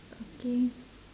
okay